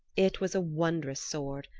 it was a wondrous sword,